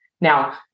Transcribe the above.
Now